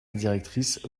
directrice